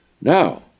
Now